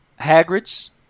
Hagrid's